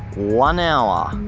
one hour.